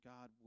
God